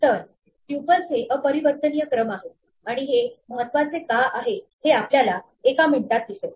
तर ट्युपल्स हे अपरिवर्तनीय क्रम आहेत आणि हे महत्त्वाचे का आहे हे आपल्याला एका मिनिटात दिसेल